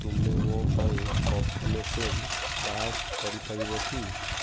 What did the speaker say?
ତୁମେ ମୋ ପାଇଁ କଫି ମେସିନ୍ ଷ୍ଟାର୍ଟ୍ କରିପାରିବ କି